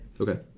Okay